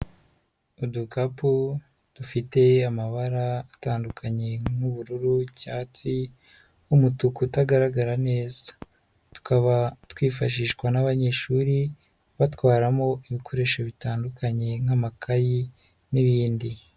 Udukapu dufite amabara atandukanye nk'ubururu, icyatsi, umutuku utagaragara neza. Tukaba twifashishwa n'abanyeshuri batwaramo ibikoresho bitandukanye nk'amakayi n'ibindi.